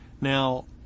Now